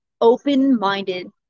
open-minded